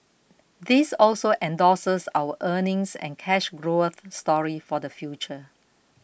this also endorses our earnings and cash growth story for the future